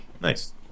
nice